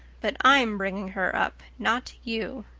but i'm bringing her up, not you.